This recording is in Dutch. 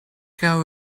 gaan